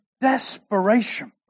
desperation